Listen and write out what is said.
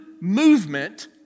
movement